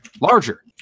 larger